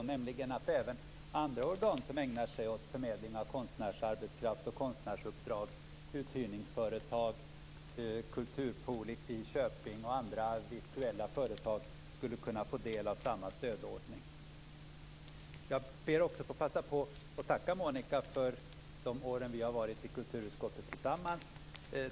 Förslaget gäller att även andra organ som ägnar sig åt förmedling av konstnärsarbetskraft och konstnärsuppdrag, dvs. uthyrningsföretag, kulturpoolen i Köping och andra virtuella företag skulle kunna få del av samma stödordning. Jag ber också att få passa på att tacka Monica för de år vi har varit i kulturutskottet tillsammans.